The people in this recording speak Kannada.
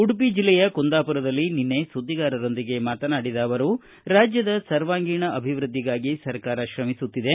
ಉಡುಪಿ ಜಿಲ್ಲೆಯ ಕುಂದಾಪುರದಲ್ಲಿ ನಿನ್ನೆ ಸುದ್ದಿಗಾರರೊಂದಿಗೆ ಮಾತನಾಡಿದ ಅವರು ರಾಜ್ಯದ ಸರ್ವಾಂಗೀಣ ಅಭಿವೃದ್ಧಿಗಾಗಿ ಸರ್ಕಾರ ತ್ರಮಿಸುತ್ತಿದೆ